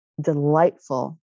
delightful